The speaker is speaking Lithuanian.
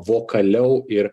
vokaliau ir